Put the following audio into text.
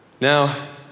Now